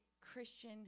Christian